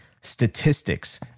statistics